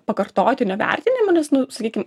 pakartotinio vertinimo nes nu sakykim